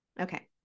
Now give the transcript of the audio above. Okay